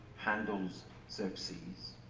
handle's xerxes,